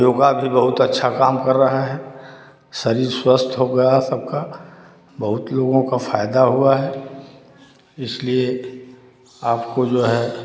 योगा भी बहुत अच्छा काम कर रहा है शरीर स्वस्थ होगा सबका बहुत लोगों का फ़ायदा हुआ है इसलिए आपको जो है